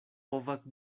povas